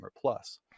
Plus